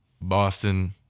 Boston